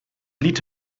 lied